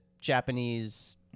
Japanese